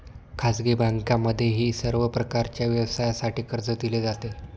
खाजगी बँकांमध्येही सर्व प्रकारच्या व्यवसायासाठी कर्ज दिले जाते